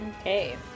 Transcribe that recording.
okay